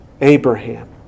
Abraham